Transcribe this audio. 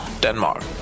Denmark